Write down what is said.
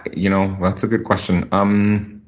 you know, that's a good question. um